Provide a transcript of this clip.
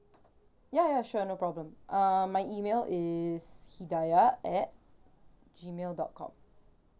ya ya sure no problem uh my email is hidayah at gmail dot com